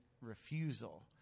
refusal